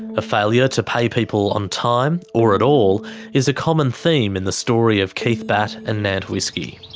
a failure to pay people on time or at all is a common theme in the story of keith batt and nant whisky.